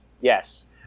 Yes